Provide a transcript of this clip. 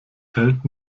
hält